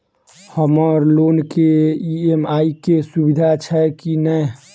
हम्मर लोन केँ ई.एम.आई केँ सुविधा छैय की नै?